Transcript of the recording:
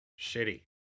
Shitty